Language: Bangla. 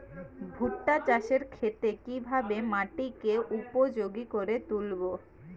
ভুট্টা চাষের ক্ষেত্রে কিভাবে মাটিকে উপযোগী করে তুলবো?